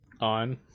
on